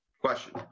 Question